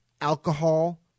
alcohol